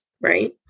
right